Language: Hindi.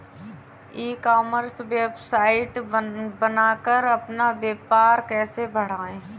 ई कॉमर्स वेबसाइट बनाकर अपना व्यापार कैसे बढ़ाएँ?